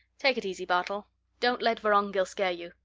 take it easy, bartol don't let vorongil scare you.